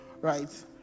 right